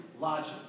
logic